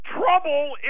Trouble